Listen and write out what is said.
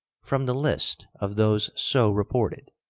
from the list of those so reported,